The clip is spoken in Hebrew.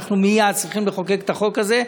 אנחנו מייד צריכים לחוקק את החוק הזה.